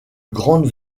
grande